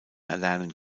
erlernen